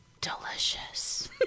Delicious